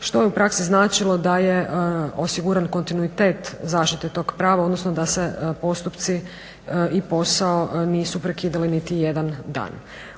što bi u praksi značilo da je osiguran kontinuitet zaštite tog prava, odnosno da se postupci i posao nisu prekidali niti jedan dan.